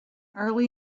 early